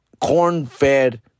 corn-fed